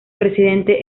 presidente